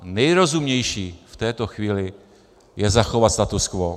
Nejrozumnější v této chvíli je zachovat status quo.